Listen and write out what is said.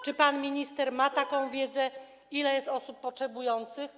Czy pan minister ma wiedzę, ile jest osób potrzebujących?